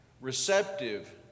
receptive